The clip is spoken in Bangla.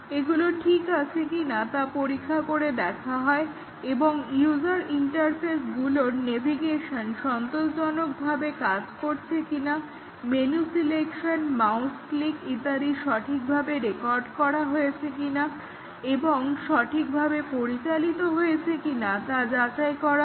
এগুলো ঠিক আছে কিনা তা পরীক্ষা করে দেখা হয় এবং ইউজার ইন্টারফেসগুলোর নেভিগেশন সন্তোষজনকভাবে কাজ করছে কিনা মেনু সিলেকশন মাউস ক্লিক ইত্যাদি সঠিকভাবে রেকর্ড করা হয়েছে কিনা এবং সঠিকভাবে পরিচালিত হয়েছে কিনা তা যাচাই করা হয়